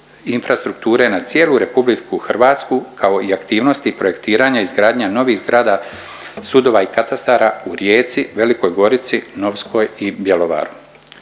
infrastrukture na cijelu RH kao i aktivnosti projektiranja i izgradnja novih zgrada sudova i katastara u Rijeci, Velikoj Gorici, Novskoj i Bjelovaru.